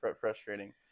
frustrating